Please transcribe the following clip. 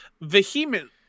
vehement